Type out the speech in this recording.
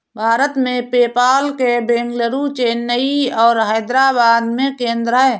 भारत में, पेपाल के बेंगलुरु, चेन्नई और हैदराबाद में केंद्र हैं